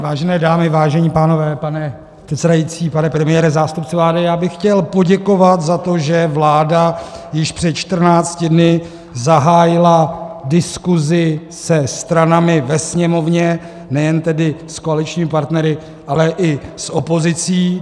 Vážené dámy, vážení pánové, pane předsedající, pane premiére, zástupci vlády, já bych chtěl poděkovat za to, že vláda již před 14 dny zahájila diskusi se stranami ve Sněmovně, nejen tedy s koaličními partnery, ale i s opozicí.